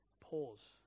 pause